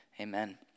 Amen